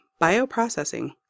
Bioprocessing